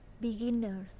beginners